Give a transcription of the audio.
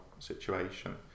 Situation